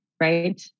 right